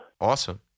Awesome